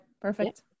perfect